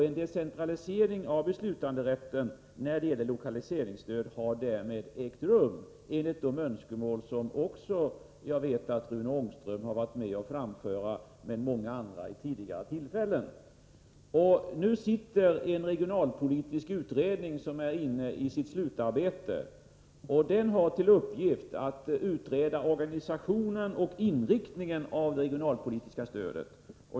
En decentralisering av beslutanderätten när det gäller lokaliseringsstöd har därmed ägt rum enligt de önskemål som jag vet att också Rune Ångström har varit med om — tillsammans med många andra — att framföra vid tidigare tillfällen. Den regionalpolitiska utredning som tillsatts är nu inne i sitt slutarbete. Den har till uppgift att utreda organisationen och inriktningen av det regionalpolitiska stödet.